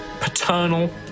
paternal